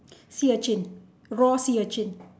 sea urchin raw sea urchin